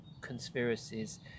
conspiracies